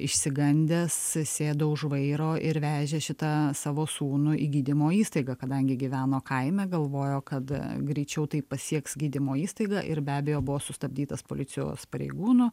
išsigandęs sėdo už vairo ir vežė šitą savo sūnų į gydymo įstaigą kadangi gyveno kaime galvojo kada greičiau taip pasieks gydymo įstaigą ir be abejo buvo sustabdytas policijos pareigūnų